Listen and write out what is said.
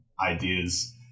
ideas